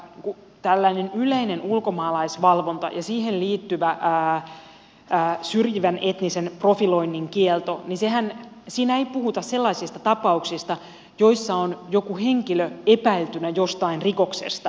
tällaisessa yleisessä ulkomaalaisvalvonnassa ja siihen liittyvässä syrjivän etnisen profiloinnin kiellossa ei puhuta sellaisista tapauksista joissa on joku henkilö epäiltynä jostain rikoksesta